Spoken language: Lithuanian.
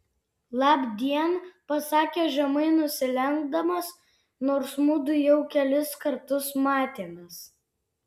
labdien pasakė žemai nusilenkdamas nors mudu jau kelis kartus matėmės